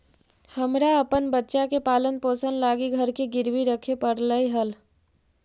हमरा अपन बच्चा के पालन पोषण लागी घर के गिरवी रखे पड़लई हल